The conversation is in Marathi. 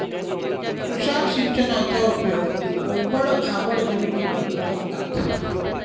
तुषार सिंचनाचा उपयोग ओबड खाबड जमिनीवर करतात